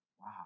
Wow